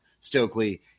Stokely